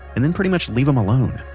and then pretty much leave them alone.